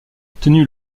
obtenu